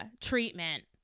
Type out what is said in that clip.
treatment